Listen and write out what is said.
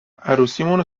عروسیمون